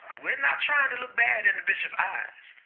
we're not trying to look bad in the bishop eyes.